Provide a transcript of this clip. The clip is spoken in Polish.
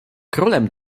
królem